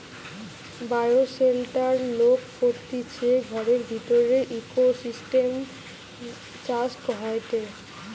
bioshelter লোক করতিছে ঘরের ভিতরের ইকোসিস্টেম চাষ হয়টে